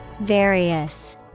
Various